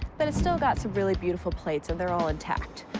but it's still got some really beautiful plates. and they're all intact.